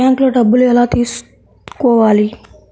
బ్యాంక్లో డబ్బులు ఎలా తీసుకోవాలి?